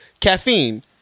caffeine